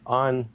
on